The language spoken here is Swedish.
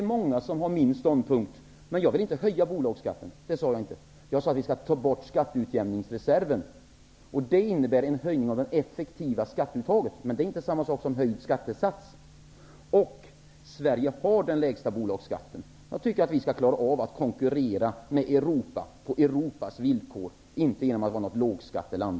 Men många intar samma ståndpunkt som jag. Jag vill dock inte höja bolagsskatten. Något sådant har jag inte sagt. Jag sade att vi skall ta bort skatteutjämningsreserven. Det innebär en höjning av det effektiva skatteuttaget, och det är inte samma sak som en höjd skattesats. Sverige har den lägsta bolagsskatten. Jag tycker därför att vi skall klara av konkurrensen med Europa på Europas villkor, inte genom att vara ett lågskatteland.